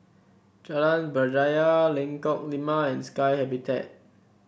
Jalan Berjaya Lengkok Lima and Sky Habitat